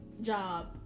Job